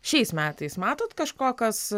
šiais metais matot kažko kas